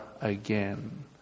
again